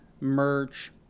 merch